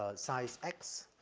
ah size x,